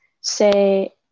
say